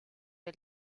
del